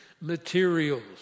materials